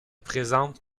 présente